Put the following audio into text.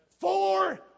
Four